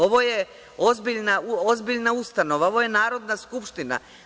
Ovo je ozbiljna ustanova, ovo je Narodna Skupština.